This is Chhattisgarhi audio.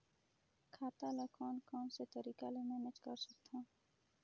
खाता ल कौन कौन से तरीका ले मैनेज कर सकथव?